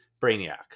Brainiac